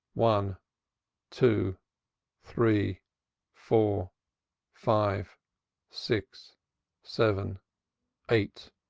one two three four five six seven eight.